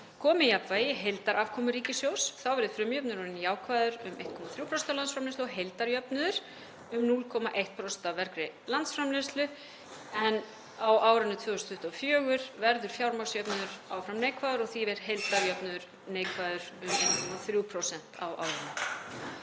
komið jafnvægi í heildarafkomu ríkissjóðs. Þá verði frumjöfnuður orðinn jákvæður um 1,3% af landsframleiðslu, heildarjöfnuður um 0,1% af vergri landsframleiðslu en á árinu 2024 verður fjármagnsjöfnuður áfram neikvæður og því er heildarjöfnuður neikvæður um 0,3% á árinu.